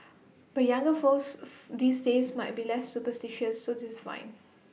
but younger folks these days might be less superstitious so this fine